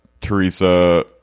Teresa